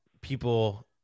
people